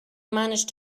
managed